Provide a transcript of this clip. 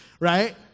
Right